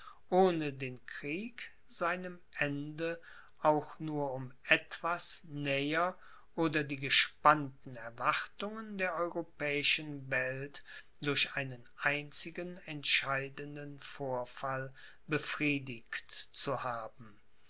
ohne den krieg seinem ende auch nur um etwas genähert oder die gespannten erwartungen der europäischen welt durch einen einzigen entscheidenden vorfall befriedigt zu haben